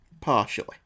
Partially